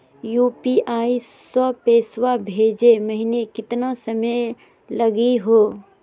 UPI स पैसवा भेजै महिना केतना समय लगही हो?